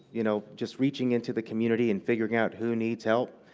you know, just reaching into the community and figuring out who needs help,